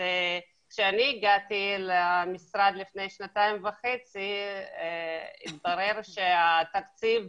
כשאני הגעתי למשרד לפני שנתיים וחצי התברר שהתקציב